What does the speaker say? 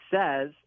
says